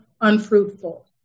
unfruitful